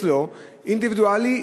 אצלו אינדיבידואלית,